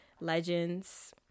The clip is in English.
legends